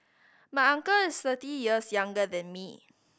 my uncle is thirty years younger than me